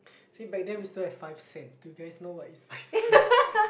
see back then we still have five cents do you guys know what is five cents